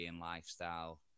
lifestyle